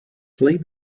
play